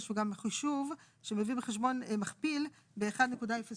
יש פה גם חישוב שמביא בחשבון מכפיל ב-1.076,